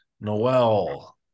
Noel